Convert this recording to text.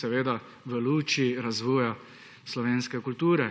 seveda v luči razvoja slovenske kulture